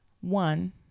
one